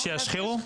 שישחירו?